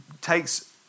takes